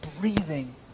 breathing